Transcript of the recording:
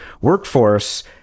workforce